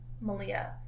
Malia